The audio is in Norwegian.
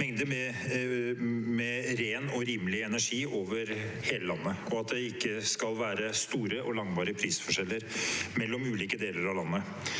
mengder med ren og rimelig energi over hele landet, og at det ikke skal være store og langvarige prisforskjeller mellom ulike deler av landet.